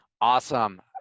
Awesome